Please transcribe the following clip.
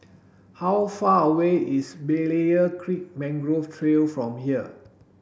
how far away is Berlayer Creek Mangrove Trail from here